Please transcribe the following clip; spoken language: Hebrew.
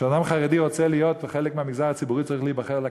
כשאדם חרדי רוצה להיות חלק מהמגזר הציבורי הוא צריך להיבחר לכנסת.